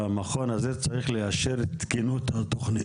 המכון הזה צריך לאשר את תקינות התוכנית?